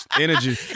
Energy